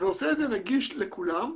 ועושה את זה נגיש לכולם.